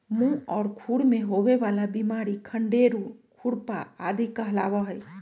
मुह और खुर में होवे वाला बिमारी खंडेरू, खुरपा आदि कहलावा हई